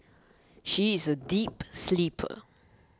she is a deep sleeper